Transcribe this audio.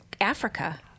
Africa